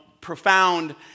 profound